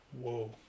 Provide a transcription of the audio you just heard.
Whoa